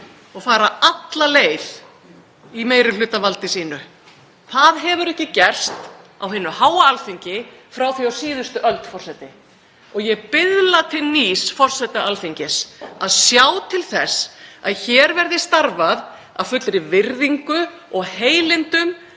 og fara alla leið í meirihlutavaldi sínu. Það hefur ekki gerst á hinu háa Alþingi frá því á síðustu öld, forseti. Ég biðla til nýs forseta Alþingis að sjá til þess að hér verði starfað af fullri virðingu og heilindum